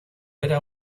era